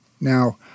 Now